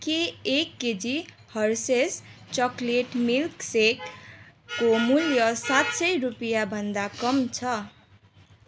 के एक KG Hershey's chocolate milk shake को मूल्य सात सय रुपियाँभन्दा कम छ